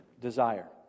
desire